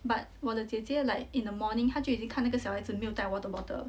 but 我的姐姐 like in the morning 她就已经看那个小孩子没有带 water bottle